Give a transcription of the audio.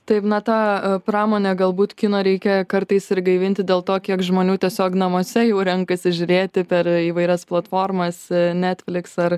taip na tą pramonė galbūt kino reikia kartais ir gaivinti dėl to kiek žmonių tiesiog namuose jau renkasi žiūrėti per įvairias platformas netfliks ar